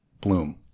Bloom